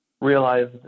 realized